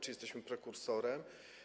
Czy jesteśmy prekursorem?